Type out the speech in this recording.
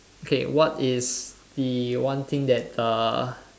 okay what is the one thing that uh